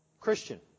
Christian